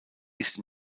ist